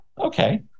okay